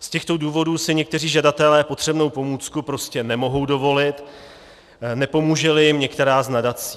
Z těchto důvodů si někteří žadatelé potřebnou pomůcku prostě nemohou dovolit, nepomůželi jim některá z nadací.